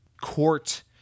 court